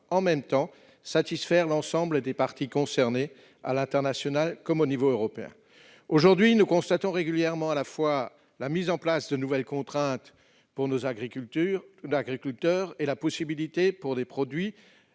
en même temps, satisfaire l'ensemble des parties concernées, à l'international comme au niveau européen. Aujourd'hui, nous constatons régulièrement, à la fois, la mise en place de nouvelles contraintes pour nos agriculteurs et la possibilité offerte à des produits